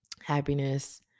happiness